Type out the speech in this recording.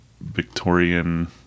Victorian